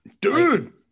Dude